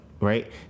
Right